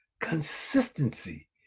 consistency